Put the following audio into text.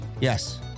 Yes